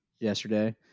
yesterday